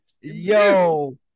Yo